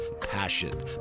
passion